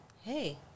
Hey